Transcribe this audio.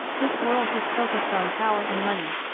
this world is focused on power and money,